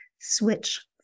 switch